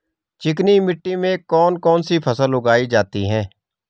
चिकनी मिट्टी में कौन कौन सी फसल उगाई जाती है?